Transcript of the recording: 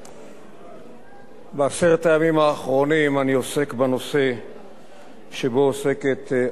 בעשרת הימים האחרונים אני עוסק בנושא שבו עוסקת הצעת החוק שלפנינו,